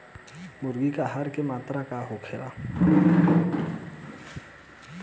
मुर्गी के आहार के मात्रा का होखे?